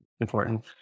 important